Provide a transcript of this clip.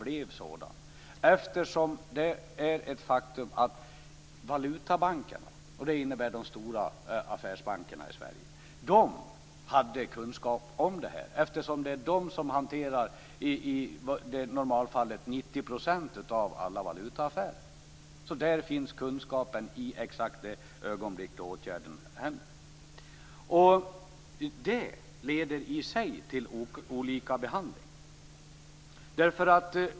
Det är nämligen ett faktum att valutabankerna, de stora affärsbankerna, i Sverige hade kunskap om det här. Det är ju de som i normalfallet hanterar 90 % av alla valutaaffärer. Där finns alltså kunskapen exakt i det ögonblick då det hela händer. Det i sig leder till olika behandling.